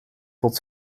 tot